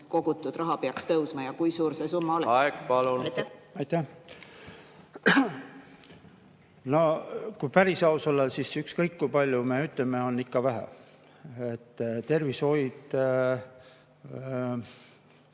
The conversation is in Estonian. kogutud raha peaks tõusma? Ja kui suur see summa oleks? Aeg, palun! Aeg, palun! Aitäh! No kui päris aus olla, siis ükskõik, kui palju me ütleme, on ikka vähe. Kui tervishoius